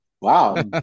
wow